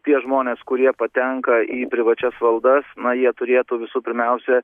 tie žmonės kurie patenka į privačias valdas na jie turėtų visų pirmiausia